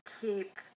keep